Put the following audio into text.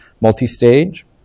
Multi-stage